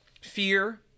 fear